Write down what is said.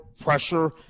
pressure